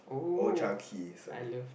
Old-Chang-Kee sorry